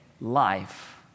life